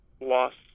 lost